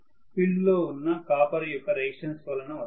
field లో ఉన్న copper యొక్క రెసిస్టన్స్ వలన వస్తాయి